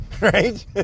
right